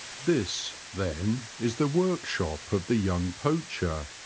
this, then, is the workshop of the young poacher,